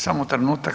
Samo trenutak.